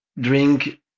drink